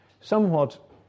somewhat